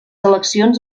eleccions